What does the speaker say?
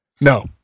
No